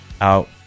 out